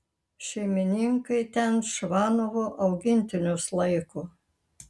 šeimininkai ten čvanovo augintinius laiko